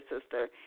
sister